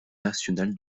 national